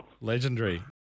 Legendary